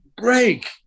break